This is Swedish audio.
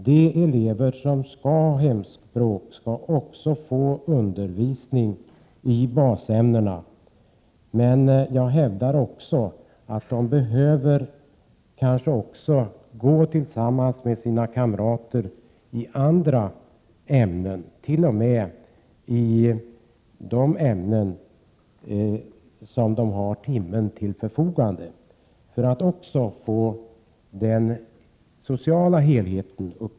De elever som skall ha hemspråksundervisning skall också få undervisning i basämnena. Men jag hävdar att de kan behöva delta tillsammans med sina kamrater i undervisning i andra ämnen, t.o.m. i ”timme till förfogande”, för att de skall få uppleva också den sociala helheten.